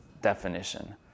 definition